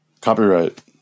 Copyright